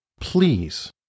please